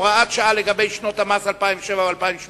הוראת שעה לגבי שנות המס 2007 ו-2008),